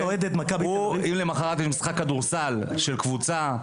למוחרת יש משחק כדורסל של קבוצה,